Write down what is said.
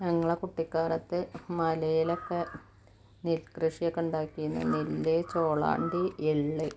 ഞങ്ങളുടെ കുട്ടിക്കാലത്ത് മലയിലൊക്കെ നെല്കൃഷിയൊക്കെ ഉണ്ടാക്കിയിന് നെല്ല് ചോള അണ്ടി എള്ള്